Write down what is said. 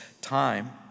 time